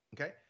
Okay